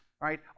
right